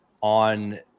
on